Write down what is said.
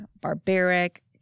barbaric